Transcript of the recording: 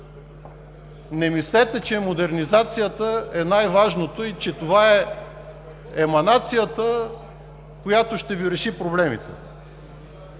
Не мислете, че модернизацията е най-важното и че това е еманацията, която ще Ви реши проблемите.